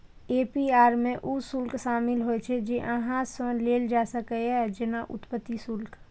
APR मे ऊ शुल्क शामिल होइ छै, जे अहां सं लेल जा सकैए, जेना उत्पत्ति शुल्क